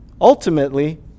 Ultimately